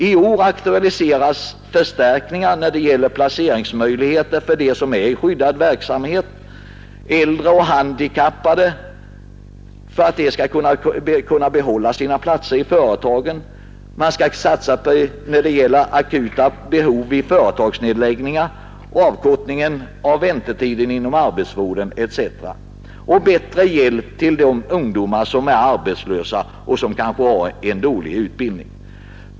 I år aktualiseras också frågan om förstärkningar när det gäller placeringsmöjligheter för dem som är i skyddad verksamhet, äldre och handikappade för att de skall kunna behålla sina tjänster i företagen. Vidare skall man satsa på att avhjälpa akuta behov vid företagsnedläggelser, avkorta väntetiden inom arbetsvården etc. samt ge bättre hjälp till de ungdomar som är arbetslösa och som kanske har dålig utbildning.